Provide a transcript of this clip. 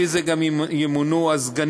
לפי זה גם ימונו הסגנים.